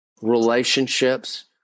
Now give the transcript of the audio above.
relationships